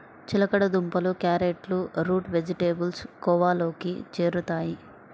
చిలకడ దుంపలు, క్యారెట్లు రూట్ వెజిటేబుల్స్ కోవలోకి చేరుతాయి